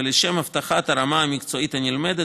ולשם הבטחת הרמה המקצועית הנלמדת,